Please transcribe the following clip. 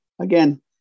again